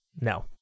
No